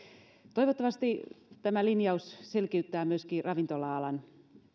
toivottavasti tämä linjaus selkiyttää myöskin ravintola alan